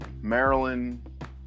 Maryland